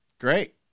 Great